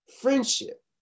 friendship